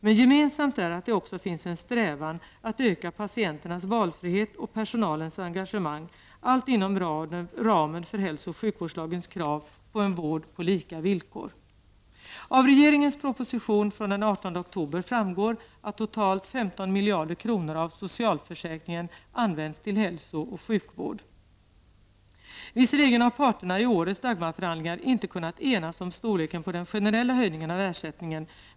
Men gemensamt är att det också finns en strävan att öka patienternas valfrihet och personalens engagemang, allt inom ramen för HSLs krav på en vård på lika villkor. Av regeringens proposition från den 18 oktober framgår att totalt 15 miljarder kronor av socialförsäkringen används till hälso och sjukvård. Visserligen har parterna i årets Dagmarförhandlingar inte kunnat enas om storleken på den generella höjningen av ersättningen.